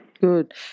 good